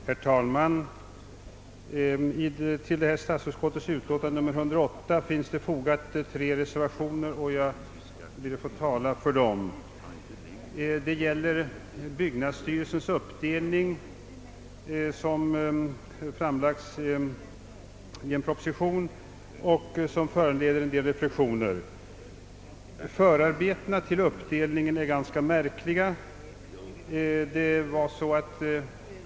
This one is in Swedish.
Herr talman! Till statsutskottets utlåtande nr 108 finns fogat tre reservationer och jag ber att få tala för dem. Frågan gäller det förslag om uppdelning av byggnadsstyrelsen som framlagts i proposition nr 61. Förarbetena till uppdelningen är ganska märkliga.